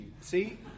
See